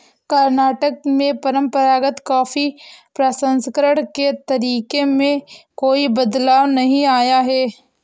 कर्नाटक में परंपरागत कॉफी प्रसंस्करण के तरीके में कोई बदलाव नहीं आया है